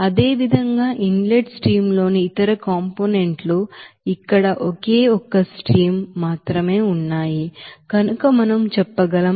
అదేవిధంగా inlet stream లోని ఇతర కాంపోనెంట్ లు ఇక్కడ ఒకే ఒక స్ట్రీమ్ మాత్రమే ఉన్నాయి కనుక మనం చెప్పగలం